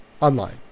Online